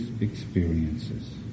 experiences